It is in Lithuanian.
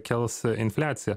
kels infliaciją